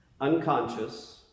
unconscious